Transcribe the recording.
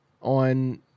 On